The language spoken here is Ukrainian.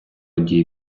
дії